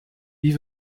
wie